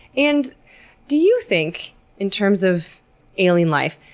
and do you think in terms of alien life,